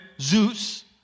Zeus